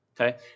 Okay